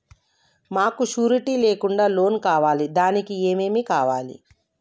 మాకు షూరిటీ లేకుండా లోన్ కావాలి దానికి ఏమేమి కావాలి?